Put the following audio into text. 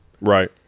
Right